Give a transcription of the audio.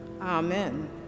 Amen